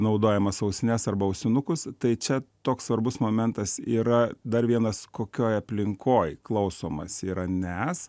naudojamas ausines arba ausinukus tai čia toks svarbus momentas yra dar vienas kokioj aplinkoj klausomasi yra nes